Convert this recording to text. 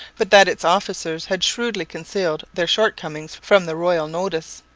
but that its officers had shrewdly concealed their shortcomings from the royal notice.